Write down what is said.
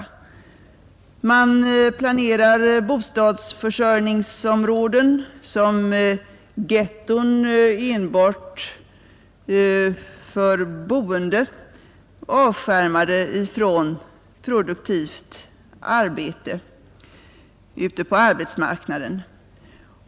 Man planerar bostadsförsörjningsområden som ghetton enbart för boendet och avskärmade från produktivt arbete ute på arbetsmarknaden.